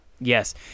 Yes